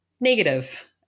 negative